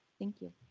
thank you.